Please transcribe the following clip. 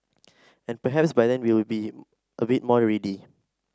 and perhaps by then we will be a bit more ready